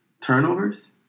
turnovers